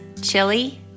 chili